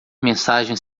mensagens